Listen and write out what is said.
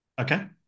Okay